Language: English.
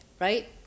right